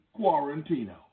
Quarantino